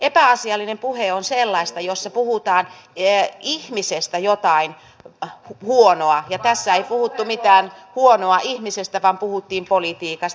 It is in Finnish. epäasiallinen puhe on sellaista jossa puhutaan ihmisestä jotain huonoa ja tässä ei puhuttu mitään huonoa ihmisestä vaan puhuttiin politiikasta